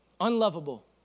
unlovable